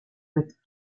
with